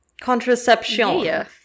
Contraception